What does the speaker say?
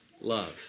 love